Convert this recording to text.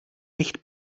nicht